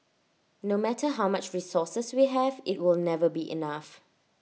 no matter how much resources we have IT will never be enough